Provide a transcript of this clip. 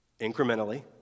incrementally